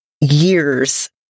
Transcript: years